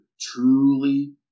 truly